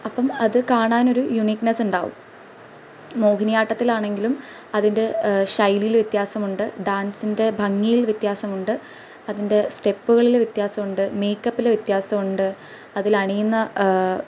അപ്പം അത് കാണാനൊരു യുണീക്നെസ്സ് ഉണ്ടാകും മോഹിനിയാട്ടത്തിലാണെങ്കിലും അതിന്റെ ശൈലിയിൽ വ്യത്യാസമുണ്ട് ഡാന്സിന്റെ ഭംഗിയില് വ്യത്യാസമുണ്ട് അതിന്റെ സ്റ്റെപ്പുകളില് വ്യത്യാസമുണ്ട് മേയ്ക്കപ്പില് വ്യത്യാസമുണ്ട് അതിലണിയുന്ന